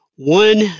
One